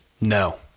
No